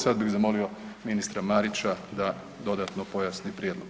Sad bih zamolio ministra Marića da dodano pojasni prijedlog.